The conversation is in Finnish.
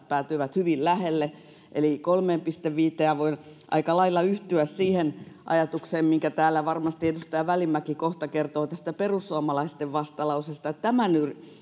päätyivät hyvin lähelle eli kolmeen pilkku viiteen ja voin aika lailla yhtyä siihen ajatukseen minkä varmasti edustaja välimäki kohta kertoo tästä perussuomalaisten vastalauseesta että tämän